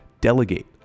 Delegate